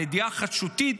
הידיעה החדשותית,